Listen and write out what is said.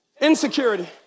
insecurity